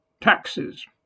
taxes